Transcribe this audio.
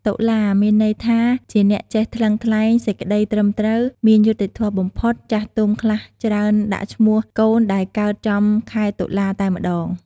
តុលា មានន័យថា ជាអ្នកចេះថ្លឹងថ្លែងសេចក្តីត្រឹមត្រូវ មានយុត្តិធម៌បំផុត ចាស់ទុំខ្លះច្រើនដាក់ឈ្មោះកូនដែលកើតចំខែតុលាតែម្តង។